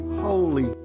holy